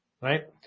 Right